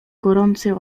gorący